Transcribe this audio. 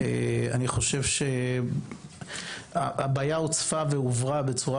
אני חושב שהבעיה הוצפה והועברה בצורה